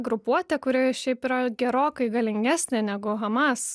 grupuotė kuri šiaip yra gerokai galingesnė negu hamas